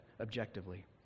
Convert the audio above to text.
objectively